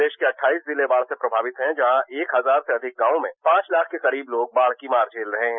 प्रदेश के अठठाइस जिले बाढ़ से प्रभावित है जहां एक हजार से अधिक गांवों में पाँच लाख के करीब लोग बाढ़ की मार झेल रहे हैं